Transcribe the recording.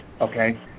okay